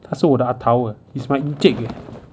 他是我的 he's my encik eh